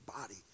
body